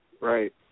Right